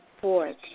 fourth